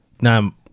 Now